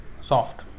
soft